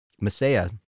Messiah